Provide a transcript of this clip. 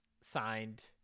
signed